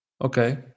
okay